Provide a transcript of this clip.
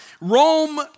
Rome